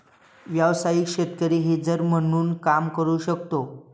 व्यावसायिक शेतकरी हेजर म्हणून काम करू शकतो